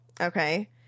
Okay